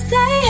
Say